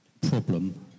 problem